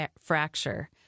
fracture